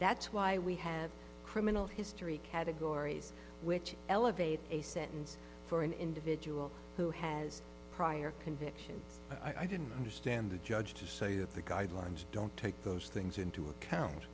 that's why we have criminal history categories which elevate a sentence for an individual who has prior convictions i didn't understand the judge to say that the guidelines don't take those things into